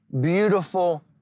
beautiful